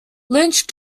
lynch